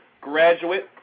graduate